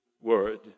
word